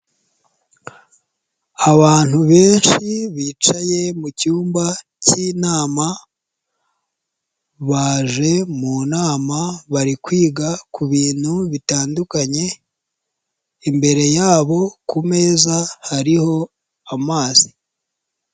Abantu benshi bicaye mu cyumba k'inama baje mu nama bari kwiga ku bintu bitandukanye, imbere yabo ku meza hariho amazi.